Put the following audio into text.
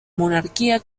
monarquía